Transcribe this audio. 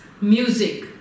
music